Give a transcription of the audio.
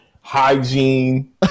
hygiene